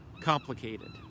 complicated